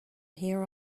here